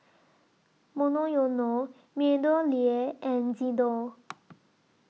Monoyono Meadowlea and Xndo